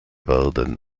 werden